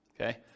okay